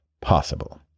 Possible